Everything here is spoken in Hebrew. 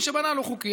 מי שבנה לא חוקי,